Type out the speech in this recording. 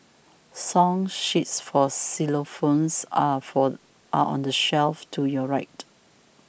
song sheets for xylophones are for are on the shelf to your right